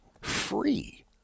Free